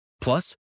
Plus